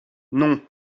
non